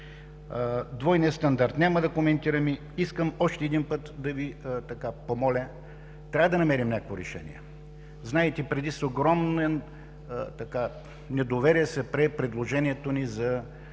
двойния стандарт. Няма да коментирам, но искам още един път да Ви помоля – трябва да намерим някакво решение. Знаете, преди с огромно недоверие се прие предложението ни за